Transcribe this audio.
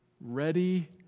Ready